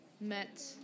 met